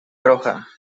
roja